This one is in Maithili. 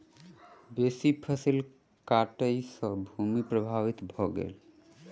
बेसी फसील कटाई सॅ भूमि प्रभावित भ गेल